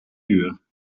uur